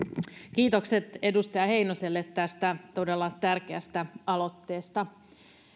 kiitokset edustaja heinoselle tästä todella tärkeästä aloitteesta